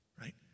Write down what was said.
right